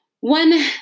one